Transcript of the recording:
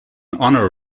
honor